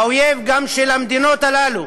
האויב, גם של המדינות האלה,